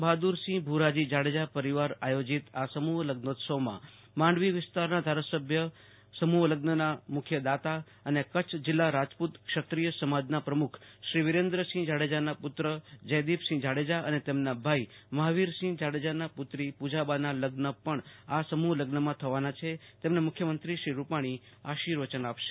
બહાદુરસિંહ ભુરાજી જાડેજા પરિવાર યોજિત આ સમૂહ લગ્નોત્સવમાં માંડવી વિસ્તારના ધારાસભ્ય સમૂહ લગ્નના મુખ્ય દાતા અને કચ્છ જીલ્લા રાજપૂત ક્ષત્રીય સમાજના પ્રમુખ શ્રી વિરેન્દ્રસિંહ જાડેજાના પુત્ર જયદીપસિંહ જાડેજા અને તેમના ભાઈ મહાવીરસિંહ જાડેજાના પુત્રી પુજાબાના લગ્ન પણ આ સમૂહ લગ્નમાં થવાના છે તેમજ મુખ્યમંત્રી શ્રી વિજય રૂપાણી આશીર્વચન આપશે